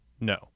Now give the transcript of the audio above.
no